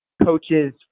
coaches